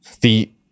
the-